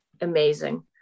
amazing